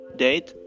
date